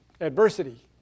adversity